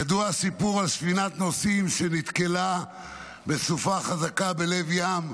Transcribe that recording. ידוע הסיפור על ספינת הנוסעים שנתקלה בסופה חזקה בלב ים,